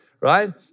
right